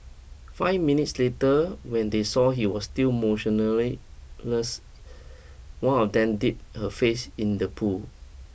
five minutes later when they saw he was still less one of them dipped her face in the pool